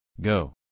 Go